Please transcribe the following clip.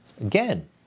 Again